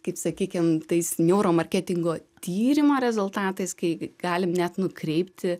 kaip sakykim tais neuromarketingo tyrimo rezultatais kai galim net nukreipti